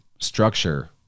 structure